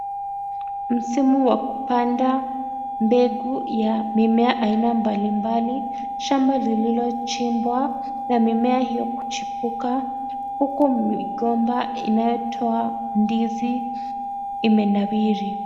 Msimu wa kupanda mbegu ya mimea aina mbalimbali. Shamba lililochimbwa na mimea hiyo kuchipuka. Huku migomba inayotoa ndizi imenawiri.